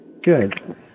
Good